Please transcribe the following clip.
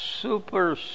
super